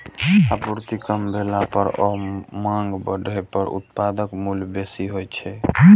आपूर्ति कम भेला पर आ मांग बढ़ै पर उत्पादक मूल्य बेसी होइ छै